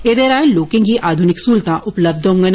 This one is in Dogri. ऐदे राए लोकें गी आधुनिक सहूलतां उपलब्ध होंगन